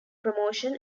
promotion